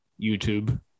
YouTube